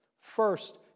first